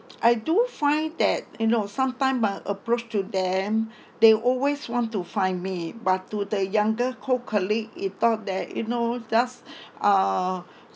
I do find that you know sometime by approach to them they always want to find me but to the younger co~ colleague it thought that you know just uh